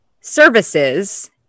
services